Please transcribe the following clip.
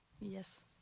Yes